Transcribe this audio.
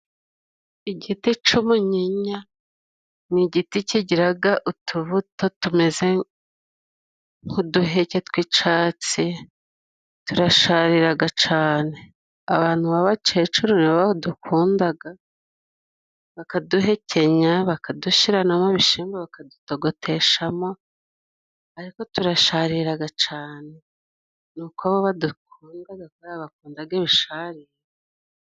Igiti c'umuyinya ni igiti kigiraga utubuta tumeze nk'uduheke tw'icatsi, turashariraga cane. Abantu b'abakecuru ni bo badukundaga bakaduhekenya, bakadushira no mu bishimbo, bakadutogoteshamo ariko turashariraga cane. ni uko bo badakundaga kuberako bo bakundaga ibisharira.